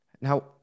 Now